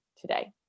today